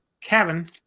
Kevin